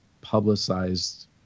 publicized